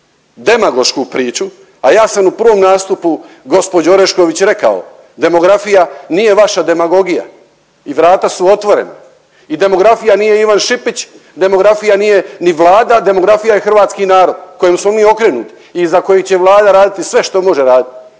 demagošku priču, a ja sam u prvom nastupu gospođo Orešković rekao, demografija nije vaša demagogija i vrata su otvorena i demografija nije Ivan Šipić, demografija nije ni Vlada, demografija je hrvatski narod kojem smo mi okrenuti i za koji će Vlada raditi sve što može raditi.